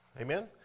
amen